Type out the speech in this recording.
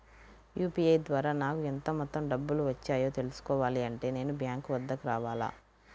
UPI ద్వారా నాకు ఎంత మొత్తం డబ్బులు వచ్చాయో తెలుసుకోవాలి అంటే నేను బ్యాంక్ వద్దకు రావాలా?